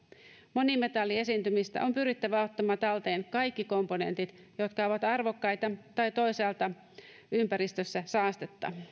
monimetalliesiintymistä on pyrittävä ottamaan talteen kaikki komponentit jotka ovat arvokkaita tai toisaalta ympäristössä saastetta